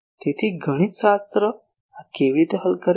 તેથી ગણિતશાસ્ત્ર આ કેવી રીતે હલ કરે છે